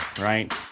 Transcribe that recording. right